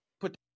put